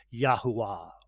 Yahuwah